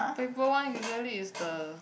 paper one usually is the